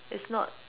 it's not